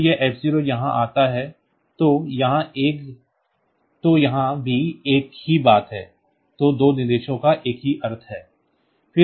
तो यह f0 यहाँ आता है तो यहाँ भी एक ही बात है तो दो निर्देशों का एक ही अर्थ है